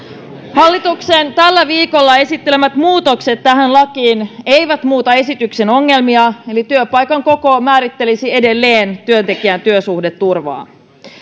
hallituksen tällä viikolla esittelemät muutokset tähän lakiin eivät muuta esityksen ongelmia eli työpaikan koko määrittelisi edelleen työntekijän työsuhdeturvaa